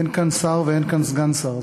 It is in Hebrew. אין כאן שר ואין כאן סגן שר,